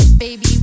Baby